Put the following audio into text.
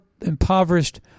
impoverished